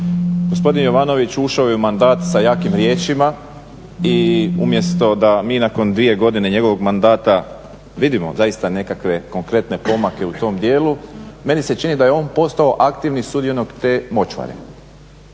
Gospodin Jovanović ušao je u mandat sa jakim riječima i umjesto da mi nakon dvije godine njegovog mandata vidimo zaista nekakve konkretne pomake u tom dijelu meni se čini da je on postao aktivni sudionik te …/Govornik